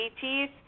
teeth